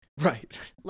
right